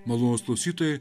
malonūs klausytojai